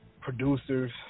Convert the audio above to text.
producers